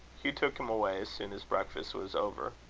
hugh took him away as soon as breakfast was over.